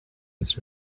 his